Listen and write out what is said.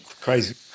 Crazy